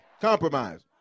compromise